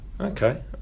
Okay